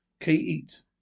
Keat